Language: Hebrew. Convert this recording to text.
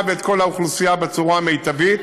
ואת כל האוכלוסייה בצורה המיטבית,